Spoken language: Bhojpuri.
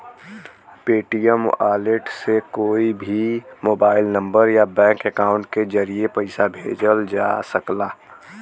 पेटीएम वॉलेट से कोई के भी मोबाइल नंबर या बैंक अकाउंट के जरिए पइसा भेजल जा सकला